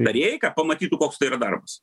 tarėjai ką pamatytų koks tai yra darbas